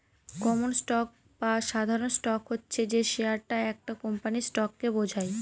common stock বা সাধারণ stock হচ্ছে যে শেয়ারটা একটা কোম্পানির স্টককে বোঝায়